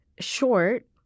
short